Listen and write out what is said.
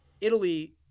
Italy